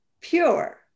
pure